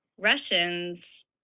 Russians